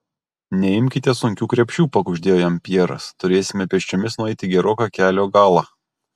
neimkite sunkių krepšių pakuždėjo jam pjeras turėsime pėsčiomis nueiti geroką kelio galą